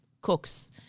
cooks